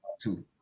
two